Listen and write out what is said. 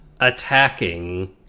attacking